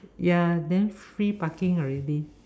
ya then free parking already